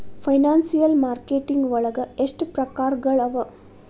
Financial marketing ವಳಗ ಎಷ್ಟ್ ಪ್ರಕ್ರಾರ್ಗಳವ?